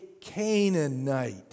Canaanite